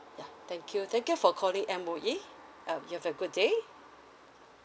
ya thank you thank you for calling M_O_E uh you have a good day